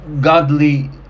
godly